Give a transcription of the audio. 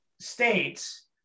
states